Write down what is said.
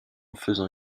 faisant